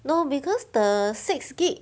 no because the six gig